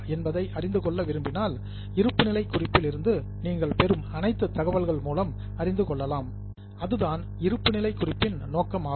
என்பதை அறிந்துகொள்ள விரும்பினால் பேலன்ஸ் ஷீட் இருப்புநிலை குறிப்பில் இருந்து நீங்கள் பெறும் அனைத்து தகவல்கள் மூலம் அறிந்து கொள்ளலாம் அதுதான் இருப்புநிலை குறிப்பின் நோக்கம் ஆகும்